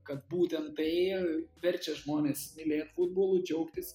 kad būtent tai verčia žmones mylėt futbolu džiaugtis